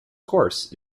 course